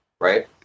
right